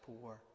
poor